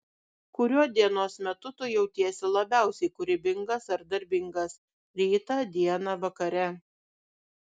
kuriuo dienos metu tu jautiesi labiausiai kūrybingas ar darbingas rytą dieną vakare